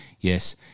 Yes